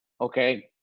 Okay